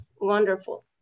wonderful